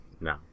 No